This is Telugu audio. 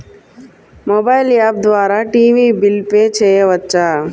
మొబైల్ యాప్ ద్వారా టీవీ బిల్ పే చేయవచ్చా?